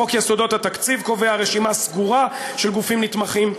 חוק יסודות התקציב קובע רשימה סגורה של גופים נתמכים,